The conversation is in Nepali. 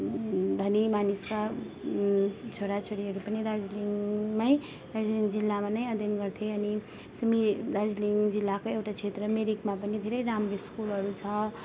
धनी मानिसका छोराछोरीहरू पनि दार्जिलिङमै दार्जिलिङ जिल्लामा नै अध्ययन गर्थे अनि सिमी दार्जिलिङ जिल्लाकै एउटा क्षेत्र मिरिकमा पनि धेरै राम्रो स्कुलहरू छ